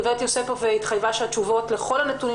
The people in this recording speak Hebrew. גברת יוספוף התחייבה לתת תשובות לכל הנתונים